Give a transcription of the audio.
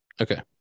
Okay